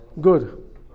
good